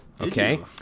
Okay